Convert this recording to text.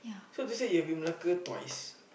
so this year you have been in Malacca twice